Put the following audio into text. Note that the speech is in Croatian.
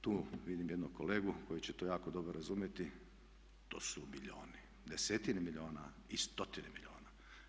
Tu vidim jednog kolegu koji će to jako dobro razumjeti, to su milijuni, desetine milijuna i stotine milijuna.